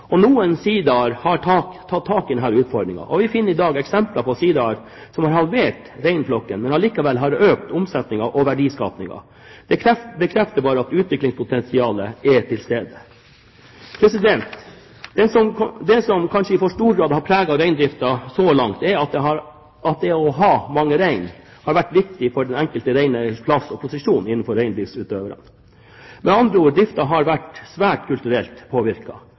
til. Noen sidaer har tatt tak i denne utformingen. Vi finner i dag eksempler på sidaer som har halvert reinflokken, men som allikevel har økt omsetningen og verdiskapingen. Det bekrefter bare at utviklingspotensialet er til stede. Det som kanskje i for stor grad har preget reindriften så langt, er at det å ha mange rein har vært viktig for den enkelte reineiers plass og posisjon innenfor reindriftsutøverne. Med andre ord: Driften har vært svært kulturelt